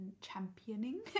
championing